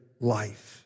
life